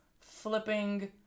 flipping